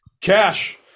Cash